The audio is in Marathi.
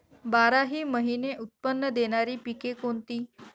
बाराही महिने उत्त्पन्न देणारी पिके कोणती?